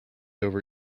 over